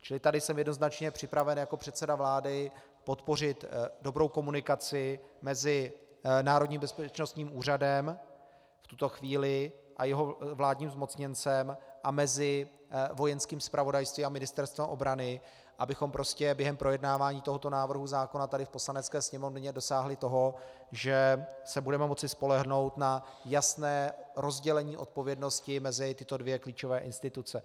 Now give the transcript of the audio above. Čili tady jsem jednoznačně připraven jako předseda vlády podpořit dobrou komunikaci mezi Národním bezpečnostním úřadem v tuto chvíli a jeho vládním zmocněncem a Vojenským zpravodajstvím a Ministerstvem obrany, abychom prostě během projednávání tohoto návrhu zákona tady v Poslanecké sněmovně dosáhli toho, že se budeme moci spolehnout na jasné rozdělení odpovědnosti mezi tyto dvě klíčové instituce.